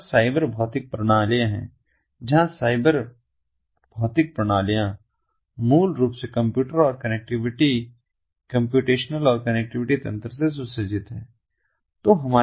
हमारे पास साइबर भौतिक प्रणालियाँ हैं जहाँ साइबर भौतिक प्रणालियाँ मूल रूप से कंप्यूटर और कनेक्टिविटी कम्प्यूटेशनल और कनेक्टिविटी तंत्र से सुसज्जित हैं